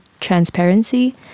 transparency